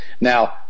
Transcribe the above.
Now